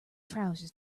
trousers